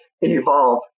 evolve